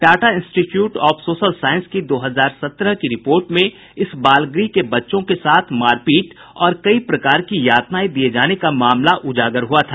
Tata institute of social science की दो हजार सत्रह की रिपोर्ट में इस बालगृह के बच्चों के साथ मारपीट और कई प्रकार की यातनाएं दिये जाने का मामला उजागर हुआ था